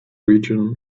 region